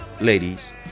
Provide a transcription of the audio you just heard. Ladies